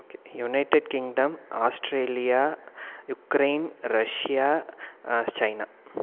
okay United Kingdom Australia Ukraine Russia China